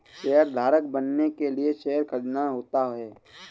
शेयरधारक बनने के लिए शेयर खरीदना होता है